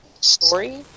story